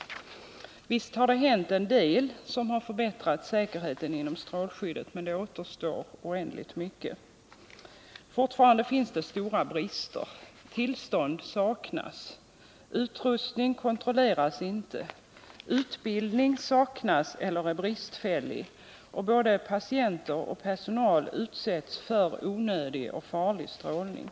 Visst har det hänt en del som har förbättrat säkerheten inom strålskyddet, men det återstår oändligt mycket, och bristerna är fortfarande stora. Tillstånd saknas, utrustning kontrolleras inte, utbildning saknas eller är bristfällig, och både patienter och personal utsätts för onödig och farlig strålning.